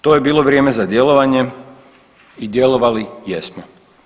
To je bilo vrijeme za djelovanje i djelovali jesmo.